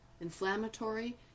inflammatory